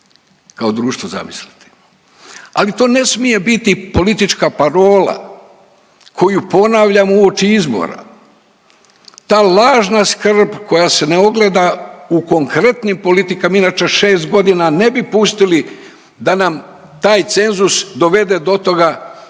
kao društvo zamisliti. Ali to ne smije biti politička parola koju ponavljamo uoči izbora. Ta lažna skrb koja se ne ogleda u konkretnim politikama. Mi inače šest godina ne bi pustili da nam taj cenzus dovede do toga